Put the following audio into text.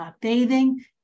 Bathing